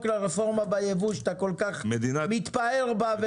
לרפורמה בייבוא שאתה כל כך מתפאר בה,